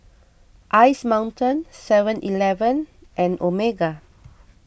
Ice Mountain Seven Eleven and Omega